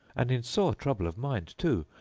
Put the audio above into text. and in sore trouble of mind too.